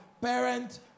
parent